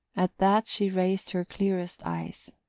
at that she raised her clearest eyes.